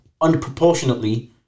unproportionately